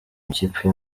ikipe